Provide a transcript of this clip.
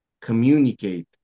communicate